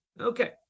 Okay